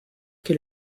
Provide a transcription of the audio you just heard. que